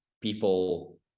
people